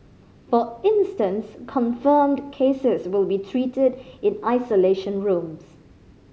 for instance confirmed cases will be treated in isolation rooms